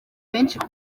benshi